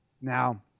Now